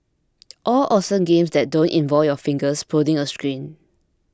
all awesome games that don't involve your fingers prodding a screen